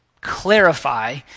clarify